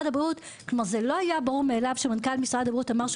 לא היה ברור מאליו שמנכ"ל משרד הבריאות אמר שהוא